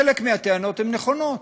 חלק מהטענות הן נכונות.